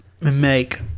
make